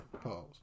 pause